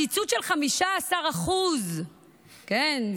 הקיצוץ של 15% כן,